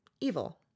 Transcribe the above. evil